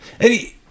Hey